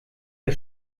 der